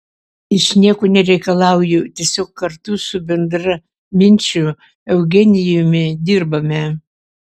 iš nieko nereikalauju tiesiog kartu su bendraminčiu eugenijumi dirbame